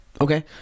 Okay